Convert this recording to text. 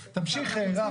תמשיך, רם.